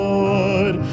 Lord